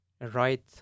right